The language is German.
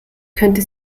könnte